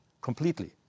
completely